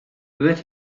fyddet